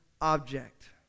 object